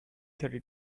thirty